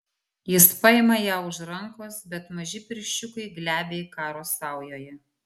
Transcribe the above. jis paima ją už rankos bet maži pirščiukai glebiai karo saujoje